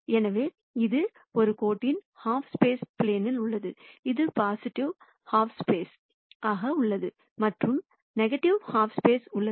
எனவே இது கோட்டின் ஹைப்பர் பிளேனில் உள்ளது இதுபொசிடிவிவாக ஹாஃப் ஸ்பேஸ் உள்ளது மற்றும் இது எதிர்மறை ஹாஃப் ஸ்பேஸ் உள்ளது